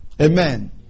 Amen